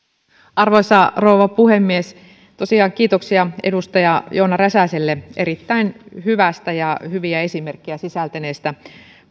arvoisa rouva puhemies tosiaan kiitoksia edustaja joona räsäselle erittäin hyvästä ja hyviä esimerkkejä sisältäneestä